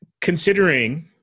considering